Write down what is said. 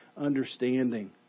understanding